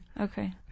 Okay